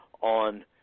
on